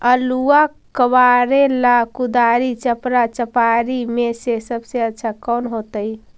आलुआ कबारेला कुदारी, चपरा, चपारी में से सबसे अच्छा कौन होतई?